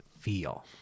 feel